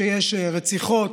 שיש רציחות,